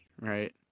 right